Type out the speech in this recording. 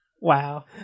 Wow